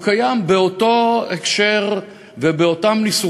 על מנת להביא אותו למקום שאני,